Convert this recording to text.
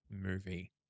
movie